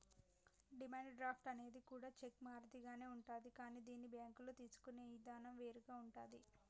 demand draft అనేది కూడా cheque మాదిరిగానే ఉంటాది కానీ దీన్ని బ్యేంకుల్లో తీసుకునే ఇదానం వేరుగా ఉంటాది